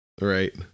Right